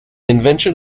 invention